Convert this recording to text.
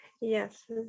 Yes